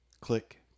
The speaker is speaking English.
click